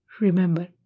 Remember